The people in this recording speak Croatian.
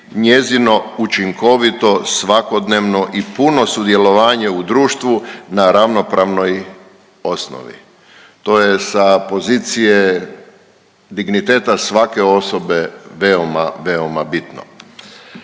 njezino učinkovito svakodnevno i puno sudjelovanje u društvu na ravnopravnoj osnovi. To je sa pozicije digniteta svake osobe veoma,